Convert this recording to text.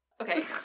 Okay